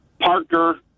Parker